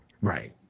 Right